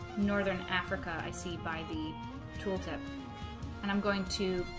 northern africa i see by the tooltip and i'm going to